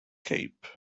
cape